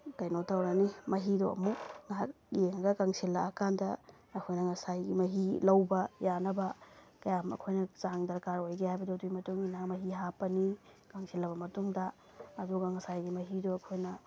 ꯀꯩꯅꯣ ꯇꯧꯔꯅꯤ ꯃꯍꯤꯗꯣ ꯑꯃꯨꯛ ꯉꯥꯏꯍꯥꯛ ꯌꯦꯡꯉꯒ ꯀꯪꯁꯤꯜꯂꯛꯑꯀꯥꯟꯗ ꯑꯩꯈꯣꯏꯅ ꯉꯁꯥꯏꯒꯤ ꯃꯍꯤ ꯂꯧꯕ ꯌꯥꯅꯕ ꯀꯌꯥꯝ ꯑꯩꯈꯣꯏꯅ ꯆꯥꯡ ꯗꯔꯀꯥꯔ ꯑꯣꯏꯒꯦ ꯍꯥꯏꯕꯗꯣ ꯑꯗꯨꯏ ꯃꯇꯨꯡꯏꯟꯅ ꯃꯍꯤ ꯍꯥꯞꯄꯅꯤ ꯀꯪꯁꯤꯜꯂꯕ ꯃꯇꯨꯡꯗ ꯑꯗꯨꯒ ꯉꯁꯥꯏꯒꯤ ꯃꯍꯤꯗꯣ ꯑꯩꯈꯣꯏꯅ